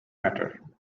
matter